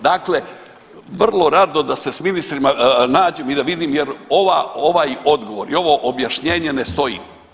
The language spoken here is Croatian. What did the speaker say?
Dakle, vrlo rado da se s ministrima nađem i vidim, jer ovaj odgovor i ovo objašnjenje ne stoji.